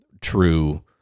true